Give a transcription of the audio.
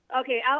Okay